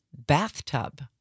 bathtub